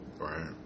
Right